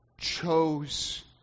chose